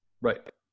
Right